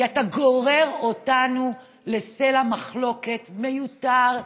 כי אתה גורר אותנו לסלע מחלוקת מיותר.